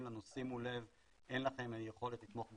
לנו לשים לב שאין יכולת לתמוך בזה,